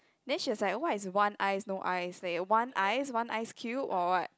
then she was like what is want ice no ice like want ice want ice cube or what